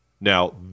Now